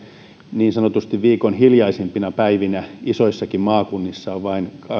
niin sanotusti viikon hiljaisimpina päivinä isoissakin maakunnissa on vain